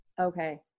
Okay